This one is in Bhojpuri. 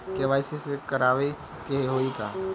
के.वाइ.सी करावे के होई का?